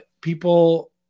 people